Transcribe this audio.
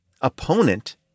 opponent